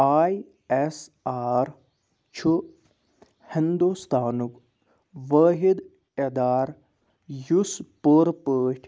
آے S R چھُ ہِنٛدوستانُک وٲحِد اِدارٕ یُس پوٗرٕ پٲٹھۍ